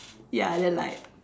ya then like